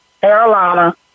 Carolina